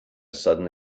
sudden